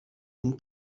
une